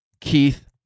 Keith